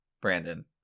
Brandon